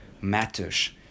matters